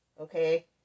Okay